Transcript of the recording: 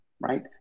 right